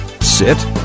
sit